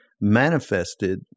manifested